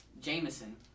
Jameson